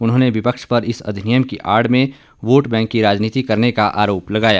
उन्होंने विपक्ष पर इस अधिनियम की आड़ में वोट बैंक की राजनीति करने का आरोप लगाया